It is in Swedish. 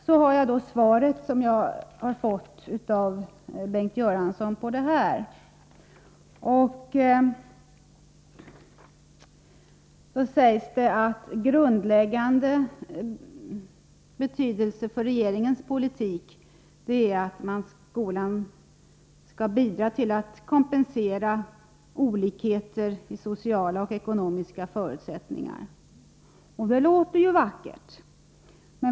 I det svaret sägs att det är av grundläggande betydelse för regeringens politik att skolan skall bidra till att kompensera olikheter i sociala och ekonomiska förutsättningar. Och det låter ju vackert.